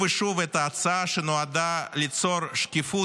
ושוב את ההצעה שנועדה ליצור שקיפות,